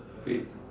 fate